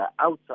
outside